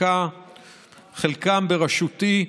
חלקם בראשותי,